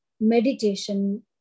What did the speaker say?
Meditation